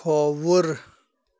کھووُر